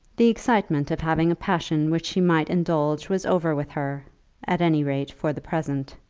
the excitement of having a passion which she might indulge was over with her at any rate for the present.